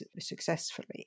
successfully